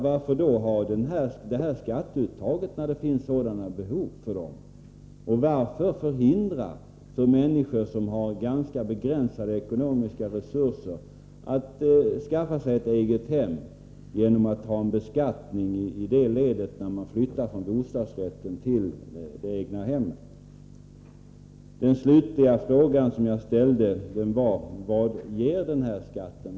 Varför skall man ha detta skatteuttag, när vederbörande har behov av sådana bidrag? Och varför skall man förhindra människor med ganska begränsade ekonomiska resurser att skaffa sig ett eget hem genom att tillämpa beskattning i det led då de flyttar från bostadsrätten till det egna hemmet? Den slutliga frågan jag ställde var: Vad ger den här skatten?